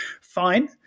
Fine